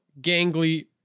gangly